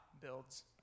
builds